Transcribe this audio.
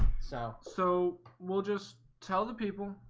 so so we'll just tell the people